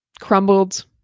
crumbled